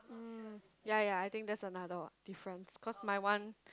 mm ya ya I think that's another difference cause my one